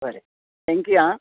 बरें थॅक्यू आं